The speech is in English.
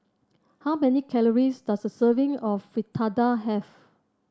how many calories does a serving of Fritada have